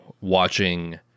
watching